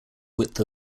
width